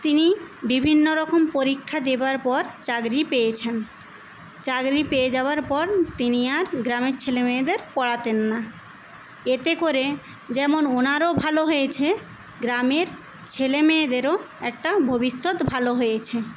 তিনি বিভিন্নরকম পরীক্ষা দেওয়ার পর চাকরি পেয়েছেন চাকরি পেয়ে যাবার পর তিনি আর গ্রামের ছেলে মেয়েদের পড়াতেন না এতে করে যেমন ওনারও ভালো হয়েছে গ্রামের ছেলে মেয়েদেরও একটা ভবিষ্যৎ ভালো হয়েছে